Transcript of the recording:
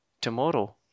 tomorrow